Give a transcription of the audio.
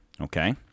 okay